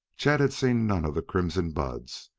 chet had seen none of the crimson buds,